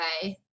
okay